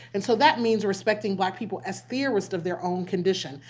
and so that means respecting black people as theorists of their own condition,